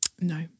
no